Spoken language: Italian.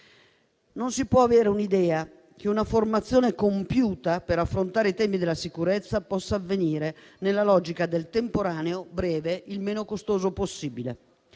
Non si può avere l'idea che una formazione compiuta per affrontare i temi della sicurezza possa avvenire nella logica del temporaneo, breve, del meno costoso possibile.